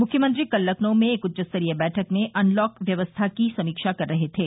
मुख्यमंत्री कल लखनऊ में एक उच्चस्तरीय बैठक में अनलॉक व्यवस्था की समीक्षा कर रहे थे